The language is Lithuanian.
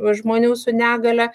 žmonių su negalia